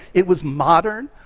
it was modern,